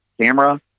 camera